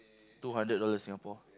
two hundred dollars Singapore